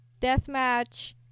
Deathmatch